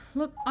look